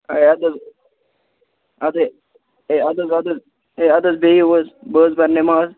ہے اَدٕ حظ اَدٕے اَدٕ حظ اَدٕ حظ ہے اَدٕ حظ بِہیُو حظ بہٕ حظ پَرٕ نِماز